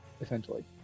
essentially